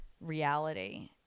reality